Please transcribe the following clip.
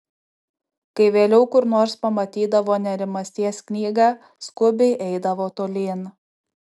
kai vėliau kur nors pamatydavo nerimasties knygą skubiai eidavo tolyn